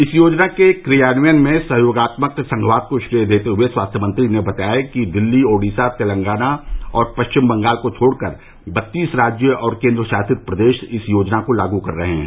इस योजना के क्रियान्वयन में सहयोगात्मक संघवाद को श्रेय देते हुए स्वास्थ्य मंत्री ने बताया कि दिल्ली ओडिसा तेलंगाना और पश्चिम बंगाल को छोड़कर बत्तीस राज्य और केन्द्र शासित प्रदेश इस योजना को लागू कर रहे हैं